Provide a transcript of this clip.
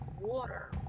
water